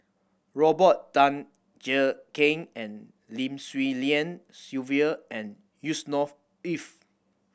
Robert Tan Jee Keng Lim Swee Lian Sylvia and Yusnor Ef